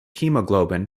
hemoglobin